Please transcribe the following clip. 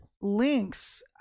links